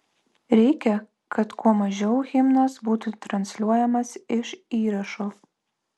reikia kad kuo mažiau himnas būtų transliuojamas iš įrašo